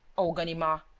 oh, ganimard,